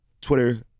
Twitter